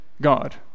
God